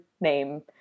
name